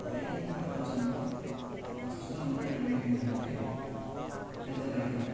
biking ప్రపంచంలో ప్రస్తుతం ఉన్న ట్రెండ్ ఏంటంటే పెద్ద బైక్లు